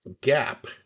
gap